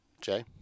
Jay